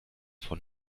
von